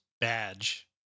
badge